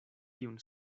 tiun